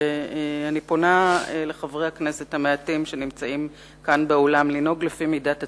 ואני פונה לחברי הכנסת המעטים שנמצאים כאן באולם לנהוג לפי מידת הצדק,